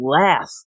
laugh